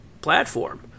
platform